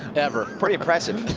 ever. pretty impressive.